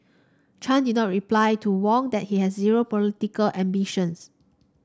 Chan did not reply to Wong that he has zero political ambitions